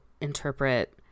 interpret